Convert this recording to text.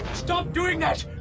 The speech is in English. stop doing that.